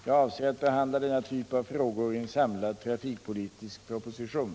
Jag avser att behandla denna typ av frågor i en samlad trafikpolitisk proposition.